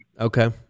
Okay